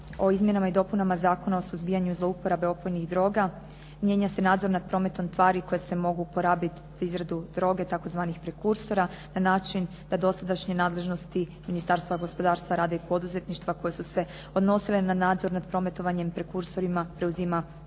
o izmjenama i dopunama Zakona o suzbijanju i zlouporabe opojnih droga mijenja se nadzor nad prometom tvari koje se mogu uporabiti za izradu droge tzv. rekursora na načina da dosadašnje nadležnosti Ministarstva gospodarstva, rada i poduzetništva koje su se odnosile na nadzor nad prometovanjem nad rekursorima preuzima Ministarstvo